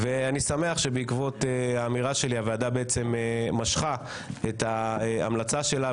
אני שמח שבעקבות האמירה שלי הוועדה משכה את ההמלצה שלה,